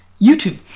YouTube